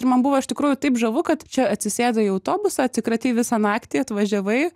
man buvo iš tikrųjų taip žavu kad čia atsisėdai į autobusą atsikratei visą naktį atvažiavai